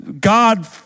God